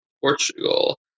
Portugal